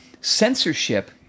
Censorship